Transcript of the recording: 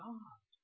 God